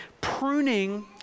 pruning